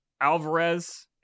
alvarez